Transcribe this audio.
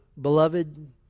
beloved